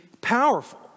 powerful